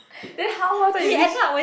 then how what time you reach